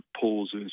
pauses